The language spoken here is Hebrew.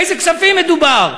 על איזה כספים מדובר?